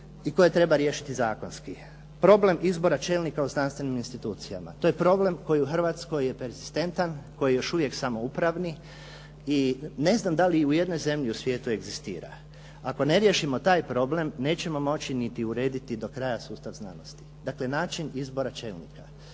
I koje treba riješiti zakonski. Problem izbora čelnika o znanstvenim institucijama, to je problem koji u Hrvatskoj je perzistentan koji je još uvijek samo upravni i ne znam da li i u jednoj zemlji u svijetu egzistira. Ako ne riješimo taj problem nećemo moći niti urediti do kraja sustav znanosti, dakle, način izbora čelnika.